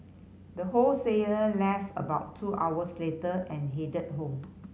the wholesaler left about two hours later and headed home